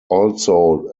also